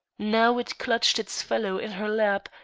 now it clutched its fellow in her lap,